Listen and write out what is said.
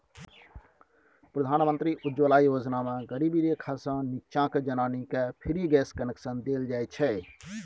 प्रधानमंत्री उज्जवला योजना मे गरीबी रेखासँ नीच्चाक जनानीकेँ फ्री गैस कनेक्शन देल जाइ छै